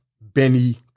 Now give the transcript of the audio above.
Benny